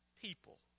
people